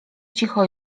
cicho